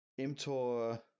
mTOR